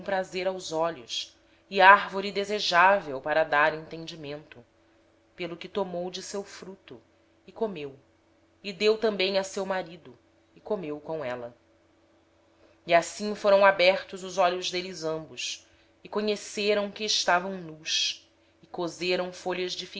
agradável aos olhos e árvore desejável para dar entendimento tomou do seu fruto comeu e deu a seu marido e ele também comeu então foram abertos os olhos de ambos e conheceram que estavam nus pelo que coseram folhas de